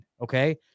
okay